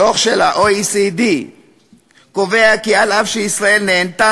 הדוח של ה-OECD קובע כי אף שישראל נהנתה